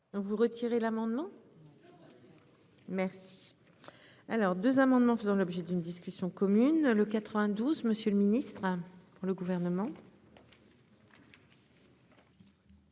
vous retirez l'amendement. Merci. Alors 2 amendements faisant l'objet d'une discussion commune le 92. Monsieur le Ministre. Pour le gouvernement.